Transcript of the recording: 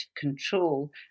control